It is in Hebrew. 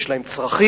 יש להם צרכים,